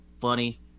funny